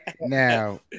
Now